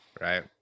Right